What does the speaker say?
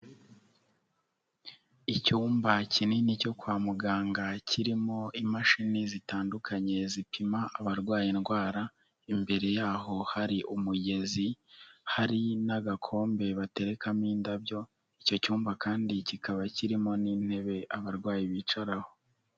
Icyumba kinini cyo kwa muganga, kirimo imashini zitandukanye, zitumama abarwaye indwara, imbere yaho hari umugezi, hari n'agakombe baterekamo indabyo, icyo cyumba kandi kikaba kirimo n'intebe abarwayi bicaraho.